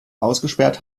ausgesperrt